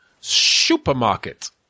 Supermarket